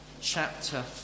chapter